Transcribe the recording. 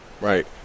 Right